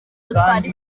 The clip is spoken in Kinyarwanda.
rutwara